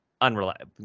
unreliable